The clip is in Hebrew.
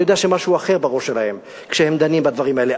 אני יודע שמשהו אחר בראש שלהם כשהם דנים בדברים האלה,